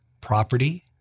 property